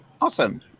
Awesome